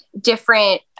different